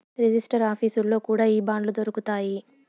register ఆఫీసుల్లో కూడా ఈ బాండ్లు దొరుకుతాయి